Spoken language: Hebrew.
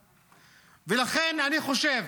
לכן, אני חושב